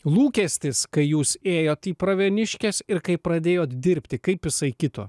lūkestis kai jūs ėjot į pravieniškes ir kaip pradėjot dirbti kaip jisai kito